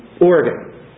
Oregon